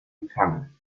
empfangen